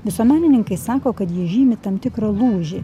visuomenininkai sako kad jie žymi tam tikrą lūžį